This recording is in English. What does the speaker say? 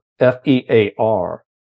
F-E-A-R